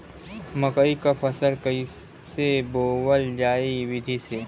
मकई क फसल कईसे बोवल जाई विधि से?